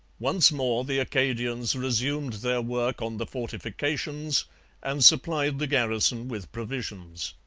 once more the acadians resumed their work on the fortifications and supplied the garrison with provisions.